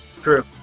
True